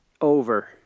Over